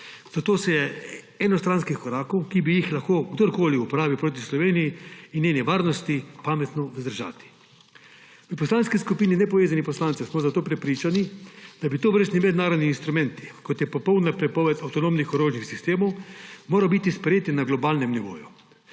Zato se enostranskih korakov, ki bi jih lahko kdorkoli uporabil proti Sloveniji in njeni varnosti, pametno vzdržati. V Poslanski skupini nepovezanih poslancev smo zato prepričani, da bi tovrstni mednarodni instrumenti, kot je popolna prepoved avtonomnih orožnih sistemov, moral biti sprejet na globalnem nivoju,